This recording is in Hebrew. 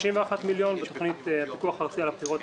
10 מיליון לתוכנית הפיקוח הארצי על הבחירות,